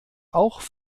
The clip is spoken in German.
auch